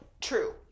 true